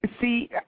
See